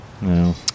No